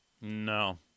No